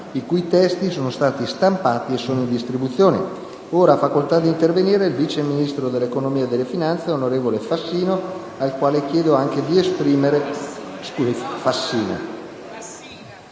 i cui testi sono stati già stampati e sono in distribuzione. Ha facoltà di parlare il Vice Ministro dell'economia e delle finanze, onorevole Fassina, al quale chiedo di esprimere il